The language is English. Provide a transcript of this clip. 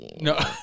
No